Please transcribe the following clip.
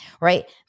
right